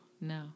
No